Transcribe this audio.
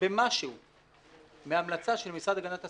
במשהו מההמלצה של המשרד להגנת הסביבה,